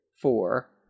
Four